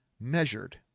measured